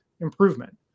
improvement